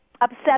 upset